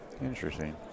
Interesting